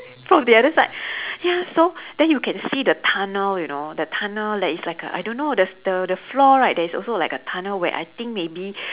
from the other side ya so then you can see the tunnel you know the tunnel that is like a I don't know there's the the the floor right there's also like a tunnel where I think maybe